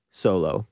solo